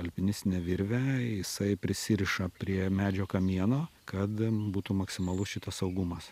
alpinistinę virvę jisai prisiriša prie medžio kamieno kad būtų maksimalus šito saugumas